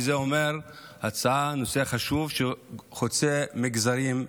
וזה אומר שהנושא חשוב וחוצה מגזרים,